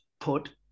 put